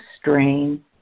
strain